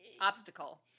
Obstacle